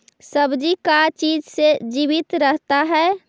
सब्जी का चीज से जीवित रहता है?